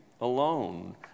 alone